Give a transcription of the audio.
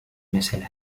mesele